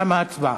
תמה ההצבעה.